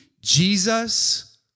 Jesus